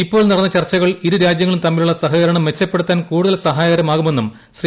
ഇപ്പോൾ നിടന്ന് ചർച്ചകൾ ഇരു രാജ്യങ്ങളും തമ്മിലുള്ള സഹകരണം മെച്ചപ്പെടുത്താൻ കൂടുതൽ സഹായകരമാകുമെന്നും ശ്രീ